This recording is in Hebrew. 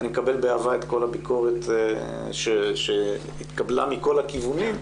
אני מקבל באהבה את כל הביקורת שהתקבלה מכל הכיוונים.